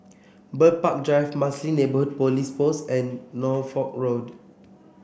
Bird Park Drive Marsiling Police Post and Norfolk Road